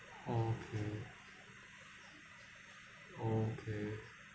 okay okay